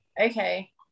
Okay